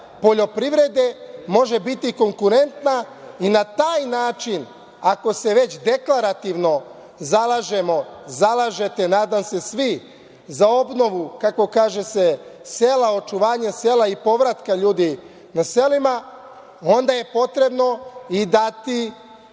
privrede može biti konkuretna i na taj način, ako se već deklarativno zalažete nadam se svi, za obnovu sele, kako se kaže, očuvanje sela i povratka ljudi na selo, onda je potrebno i dati